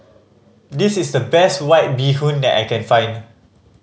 this is the best White Bee Hoon that I can find